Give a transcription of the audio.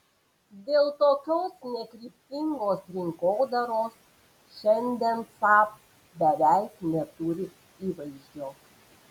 dėl tokios nekryptingos rinkodaros šiandien saab beveik neturi įvaizdžio